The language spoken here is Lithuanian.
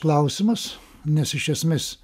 klausimas nes iš esmės